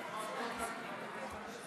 חבריי